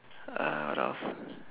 uh what else